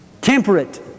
Temperate